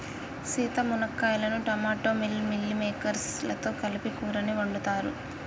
సీత మునక్కాయలను టమోటా మిల్ మిల్లిమేకేర్స్ లతో కలిపి కూరని వండుతారు